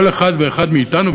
כל אחד ואחד מאתנו.